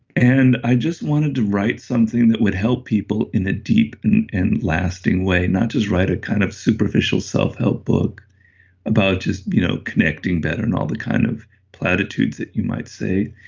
and i just wanted to write something that would help people in the deep and and lasting way. not just write a kind of superficial self-help book about just you know connecting better and all the kind of platitudes that you might say.